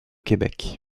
québec